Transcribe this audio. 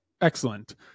Excellent